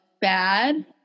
bad